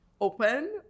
open